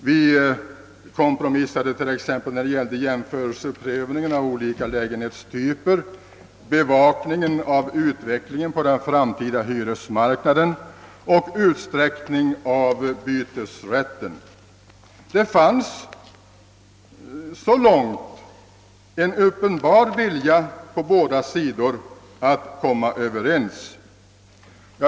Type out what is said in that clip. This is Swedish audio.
Vi kompromissade t.ex. beträffande jämförelseprövningen av olika lägenhetstyper, bevakningen av utvecklingen på den framtida hyresmarknaden och utsträckning av bytesrätten. Så långt fanns det en uppenbar vilja på båda sidor att komma överens.